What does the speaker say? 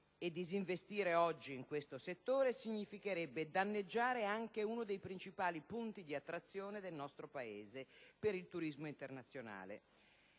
E disinvestire oggi in questo settore significherebbe danneggiare anche uno dei principali punti di attrazione del nostro Paese per il turismo internazionale.